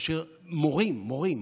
ומורים,